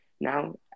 now